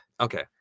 Okay